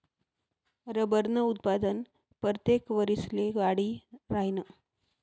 रबरनं उत्पादन परतेक वरिसले वाढी राहीनं